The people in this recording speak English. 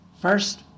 First